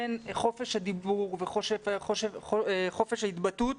בין חופש הדיבור וחופש ההתבטאות